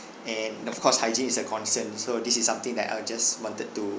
and of course hygiene is a concern so this is something that I'll just wanted to